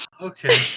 Okay